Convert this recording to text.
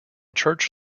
church